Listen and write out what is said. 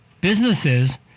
businesses